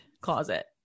closet